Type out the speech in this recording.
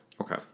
Okay